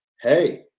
Hey